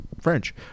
French